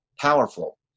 powerful